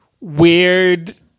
Weird